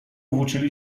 włóczyli